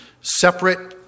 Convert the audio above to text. separate